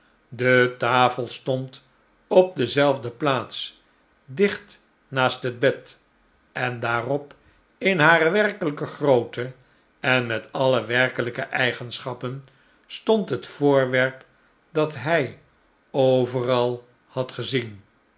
de tafel stond op dezelfde plaats dicht naast het bed en daarop in hare werkelijke grootte en met alle werkelijke eigehschappen stond het voorwerp dat hij overal had gezien